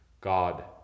God